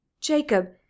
Jacob